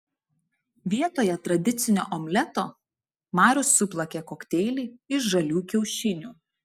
vietoje tradicinio omleto marius suplakė kokteilį iš žalių kiaušinių